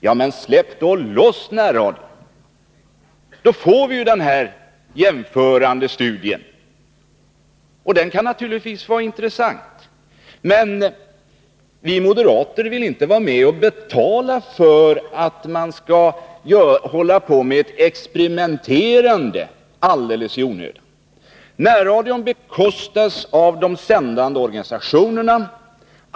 Ja, men släpp då loss närradion! Då får vi ju en sådan jämförande studie. Den kan naturligtvis vara intressant, men vi moderater vill inte vara med och betala för ett experimenterande alldeles i onödan. Närradion bekostas av de sändande organisationerna.